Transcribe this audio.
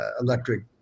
electric